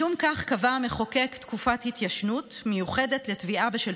משום כך קבע המחוקק תקופת התיישנות מיוחדת לתביעה בשל